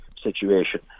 situation